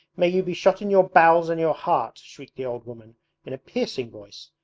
may you be shot in your bowels and your heart shrieked the old woman in a piercing voice,